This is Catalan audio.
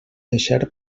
deixar